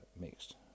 mixed